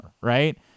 right